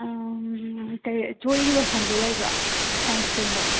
ꯀꯔꯤ ꯖꯣꯏꯒꯤ ꯂꯣꯁꯟꯗꯨ ꯂꯩꯕ꯭ꯔꯣ ꯁꯟꯁ꯭ꯀꯔꯤꯟꯗꯣ